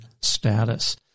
status